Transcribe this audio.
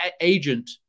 agent